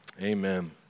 Amen